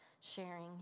sharing